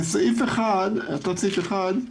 בפסקה (ב)(1)